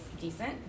decent